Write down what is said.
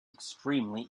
extremely